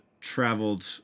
traveled